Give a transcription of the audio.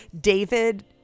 David